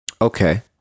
Okay